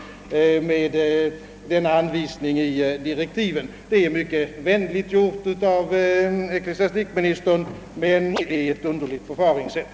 Det är mycket vänligt gjort av honom, men det är ett underligt förfaringssätt.